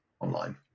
online